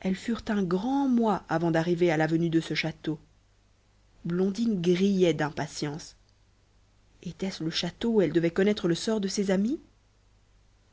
elles furent un grand mois avant d'arriver à l'avenue de ce château blondine grillait d'impatience était-ce le château où elle devait connaître le sort de ses amis